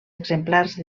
exemplars